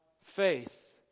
faith